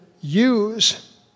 use